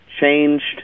changed